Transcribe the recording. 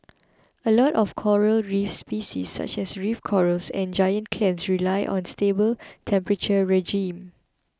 a lot of coral reef species such as reef corals and giant clams rely on a stable temperature regime